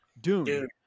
Dune